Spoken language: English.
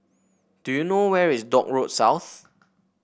do you know where is Dock Road South